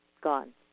Gone